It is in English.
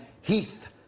Heath